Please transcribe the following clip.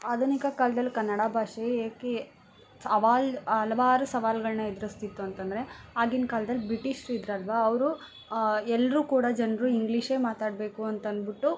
ಆಧುನಿಕ ಕಾಲ್ದಲ್ಲಿ ಕನ್ನಡ ಭಾಷೆ ಏಕೆ ಅವಾಲ್ ಹಲವಾರು ಸವಾಲುಗಳ್ನ ಎದ್ರುಸ್ತಿತ್ತು ಅಂತಂದರೆ ಆಗಿನ ಕಾಲ್ದಲ್ಲಿ ಬ್ರಿಟೀಷ್ರು ಇದ್ರಲ್ವಾ ಅವರು ಎಲ್ಲರೂ ಕೂಡ ಜನರು ಇಂಗ್ಲೀಷೇ ಮಾತಾಡಬೇಕು ಅಂತನ್ಬುಟ್ಟು